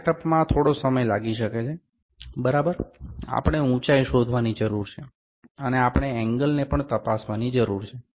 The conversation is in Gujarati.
આ સેટઅપમાં થોડો સમય લાગી શકે છે બરાબર આપણે ઉંચાઇ શોધવાની જરૂર છે અને આપણે એંગલને પણ તપાસવાની જરૂર છે